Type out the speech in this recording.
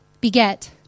beget